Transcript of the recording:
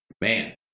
Man